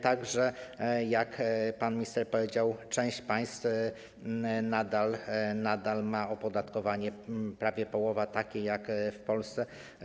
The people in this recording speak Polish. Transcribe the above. Tak że jak pan minister powiedział, część państw nadal ma opodatkowanie, prawie połowa, takie jak w Polsce.